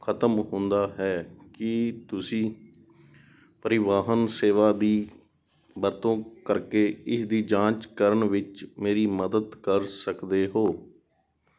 ਖ਼ਤਮ ਹੁੰਦਾ ਹੈ ਕੀ ਤੁਸੀਂ ਪਰਿਵਾਹਨ ਸੇਵਾ ਦੀ ਵਰਤੋਂ ਕਰਕੇ ਇਸ ਦੀ ਜਾਂਚ ਕਰਨ ਵਿੱਚ ਮੇਰੀ ਮਦਦ ਕਰ ਸਕਦੇ ਹੋ